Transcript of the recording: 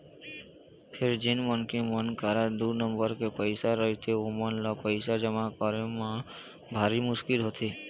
फेर जेन मनखे मन करा दू नंबर के पइसा रहिथे ओमन ल पइसा जमा करे म भारी मुसकिल होथे